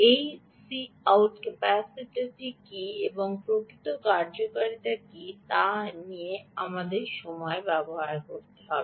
এই Cout ক্যাপাসিটারটি কী এবং এটি প্রকৃত কার্যকারিতা কী তা নিয়ে এখন আমার কথা ব্যয় হয়েছে